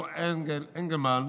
מתניהו אנגלמן,